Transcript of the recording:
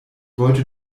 wollte